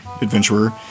adventurer